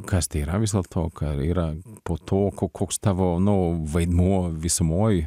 kas tai yra vis dėlto ka yra po to ko koks tavo nu vaidmuo visumoj